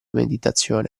meditazione